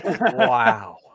Wow